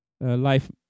life